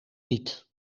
niet